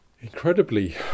incredibly